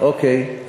אוקיי,